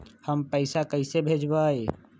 हम पैसा कईसे भेजबई?